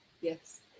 Yes